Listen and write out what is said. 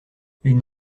une